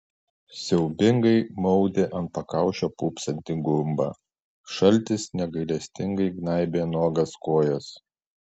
siaubingai maudė ant pakaušio pūpsantį gumbą šaltis negailestingai gnaibė nuogas kojas